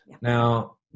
Now